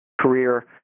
career